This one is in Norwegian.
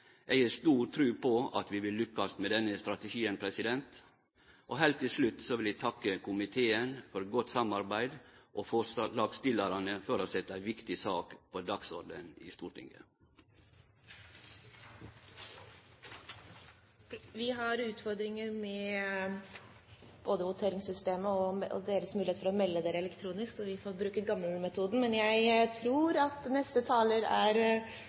Eg har stor tru på at vi vil lukkast med denne strategien. Heilt til slutt vil eg takke komiteen for godt samarbeid og forslagsstillarane for å setje ei viktig sak på dagsordenen i Stortinget. Vi har utfordringer med både voteringssystemet og representantenes mulighet for å melde seg elektronisk. Vi får bruke den gamle metoden – det klarer vi! Eg